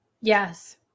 Yes